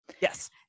Yes